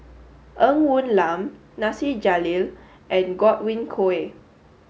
Ng Woon Lam Nasir Jalil and Godwin Koay